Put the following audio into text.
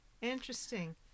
Interesting